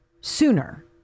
sooner